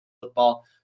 football